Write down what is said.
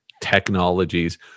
technologies